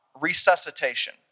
resuscitation